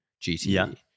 GTE